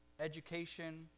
education